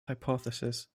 hypothesis